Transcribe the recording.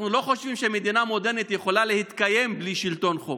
אנחנו לא חושבים שמדינה מודרנית יכולה להתקיים בלי שלטון חוק,